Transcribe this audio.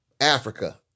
Africa